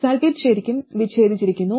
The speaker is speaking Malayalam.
സർക്യൂട്ട് ശരിക്കും വിച്ഛേദിച്ചിരിക്കുന്നു